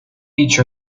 each